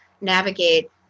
navigate